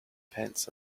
pence